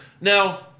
Now